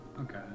Okay